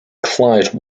clyde